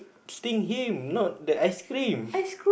sting him not that ice cream